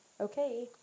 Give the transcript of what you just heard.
Okay